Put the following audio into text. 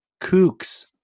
kooks